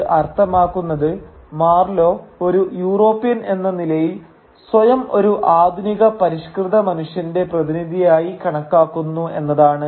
ഇത് അർത്ഥമാക്കുന്നത് മാർലോ ഒരു യൂറോപ്യൻ എന്ന നിലയിൽ സ്വയം ഒരു ആധുനിക പരിഷ്കൃത മനുഷ്യന്റെ പ്രതിനിധിയായി കണക്കാക്കുന്നു എന്നതാണ്